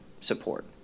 support